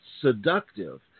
seductive